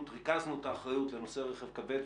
ריכזנו את האחריות לנושא רכב כבד,